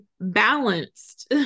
balanced